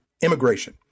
immigration